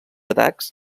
atacs